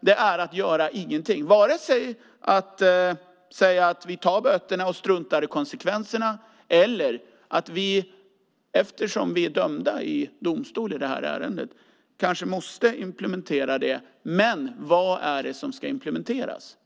det är att göra ingenting. Man säger varken att vi tar böterna och struntar i konsekvenserna eller att vi eftersom vi är dömda i domstol kanske måste implementera det. Men vad är det som ska implementeras?